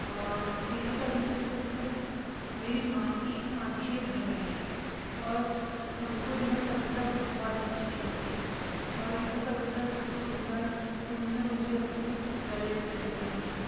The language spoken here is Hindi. और यह कविता सुन कर मेरी माँ की आँखें भर आई और उनको यह कविता बहुत अच्छी लगी और यह कविता सुन कर उन्होंने मुझे अपने गले से लगा लिया